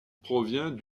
provient